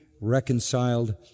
reconciled